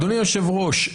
אדוני היושב-ראש,